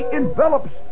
envelops